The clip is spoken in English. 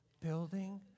Building